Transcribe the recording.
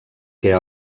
què